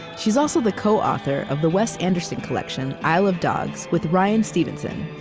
she is also the co-author of the wes anderson collection isle of dogs with ryan stevenson.